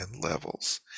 levels